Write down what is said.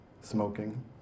smoking